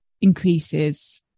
increases